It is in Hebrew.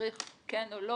צריך כן או לא,